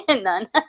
None